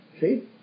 See